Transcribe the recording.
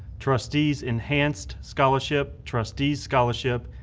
trustees enhanced scholarship, trustees scholarship,